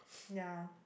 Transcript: ya